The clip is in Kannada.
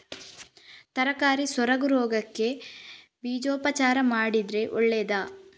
ತರಕಾರಿ ಸೊರಗು ರೋಗಕ್ಕೆ ಬೀಜೋಪಚಾರ ಮಾಡಿದ್ರೆ ಒಳ್ಳೆದಾ?